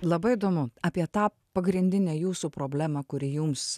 labai įdomu apie tą pagrindinę jūsų problemą kuri jums